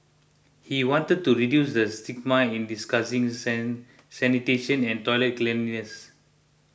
he wanted to reduce the stigma in discussing sin sanitation and toilet cleanliness